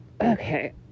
okay